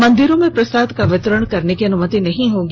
मंदिरों में प्रसाद का वितरण करने की अनुमति नहीं होगी